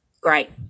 Great